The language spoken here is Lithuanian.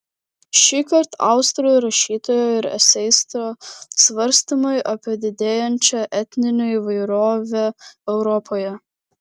šįkart austrų rašytojo ir eseisto svarstymai apie didėjančią etninę įvairovę europoje